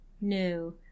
No